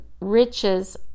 riches